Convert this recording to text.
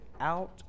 out